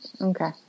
Okay